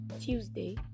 Tuesday